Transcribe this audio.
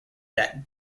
that